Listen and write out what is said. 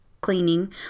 cleaning